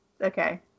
okay